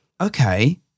Okay